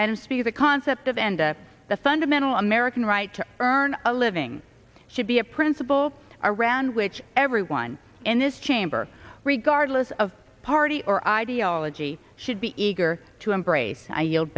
and see the concept of enda the fundamental american right to earn a living should be a principle around which everyone in this chamber regardless of party or ideology should be eager to embrace i yelled